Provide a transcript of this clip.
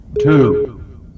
two